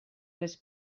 les